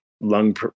lung